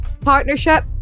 partnership